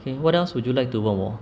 okay what else would you like to 问我